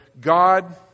God